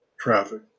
traffic